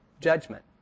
judgment